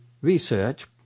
research